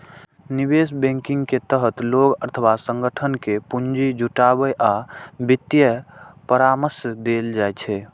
निवेश बैंकिंग के तहत लोग अथवा संगठन कें पूंजी जुटाबै आ वित्तीय परामर्श देल जाइ छै